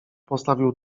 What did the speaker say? postawił